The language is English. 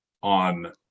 on